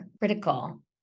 critical